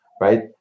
right